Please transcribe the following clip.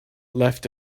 left